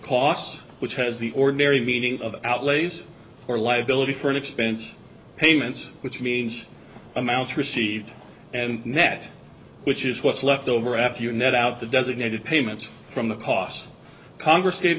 costs which has the ordinary meaning of outlays or liability for an expense payments which means amounts received and net which is what's left over after you net out the designated payments from the cost congress gave